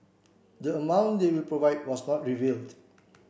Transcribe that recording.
the amount they will provide was not revealed